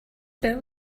bill